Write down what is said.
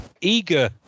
eager